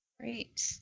Great